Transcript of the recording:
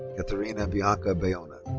katharina bianca bayona.